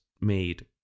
made